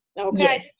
Okay